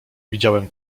widziałem